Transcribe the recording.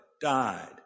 died